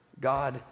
God